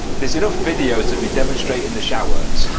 there's enough videos of me demonstrating the shower,